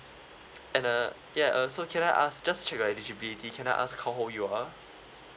and uh ya uh so can I ask just check your eligibility can I ask how old you are